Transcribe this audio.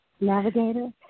Navigator